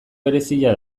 berezia